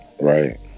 right